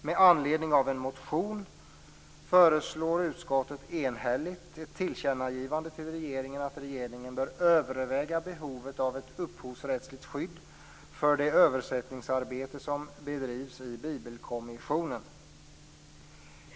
Med anledning av en motion föreslår utskottet enhälligt i ett tillkännagivande till regeringen att regeringen bör överväga behovet av ett upphovsrättsligt skydd för det översättningsarbete som bedrivs i Bibelkommissionen.